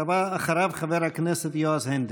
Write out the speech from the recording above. אחריו, חבר הכנסת יועז הנדל.